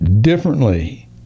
differently